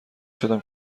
شدم